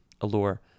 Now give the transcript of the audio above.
Allure